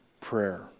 prayer